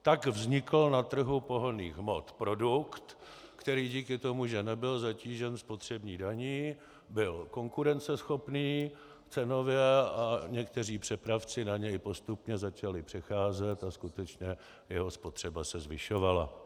Tak vznikl na trhu pohonných hmot produkt, který díky tomu, že nebyl zatížen spotřební daní, byl konkurenceschopný cenově a někteří přepravci na něj postupně začali přecházet a skutečně jeho spotřeba se zvyšovala.